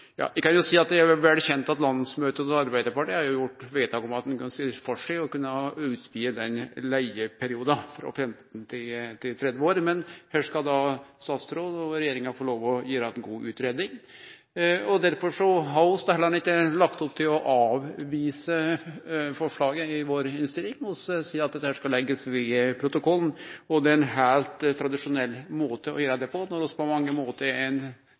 Eg kan jo seie at eg er vel kjend med at landsmøtet til Arbeidarpartiet har gjort vedtak om at ein kan sjå for seg å kunne utvide den leigeperioden frå 15 år til 30 år. Her skal statsråden og regjeringa få lov til å gjere ei god utgreiing, og derfor har vi heller ikkje lagt opp til å avvise forslaget i vår innstilling. Vi seier at dette skal leggjast ved protokollen, og det er ein heilt tradisjonell måte å gjere det på, når vi på mange måtar